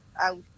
out